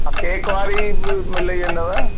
cake वारी बि मिली वेंदव